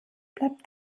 bleibt